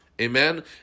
Amen